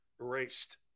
erased